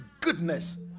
goodness